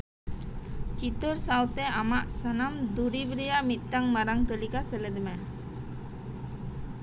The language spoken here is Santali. ᱪᱤᱛᱟᱹᱨ ᱥᱟᱶᱛᱮ ᱟᱢᱟᱜ ᱫᱩᱨᱤᱵᱽ ᱨᱮᱭᱟᱜ ᱢᱤᱫᱴᱟᱝ ᱢᱟᱨᱟᱝ ᱛᱟᱹᱞᱤᱠᱟ ᱥᱮᱞᱮᱫ ᱢᱮ